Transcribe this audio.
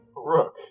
Rook